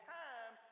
time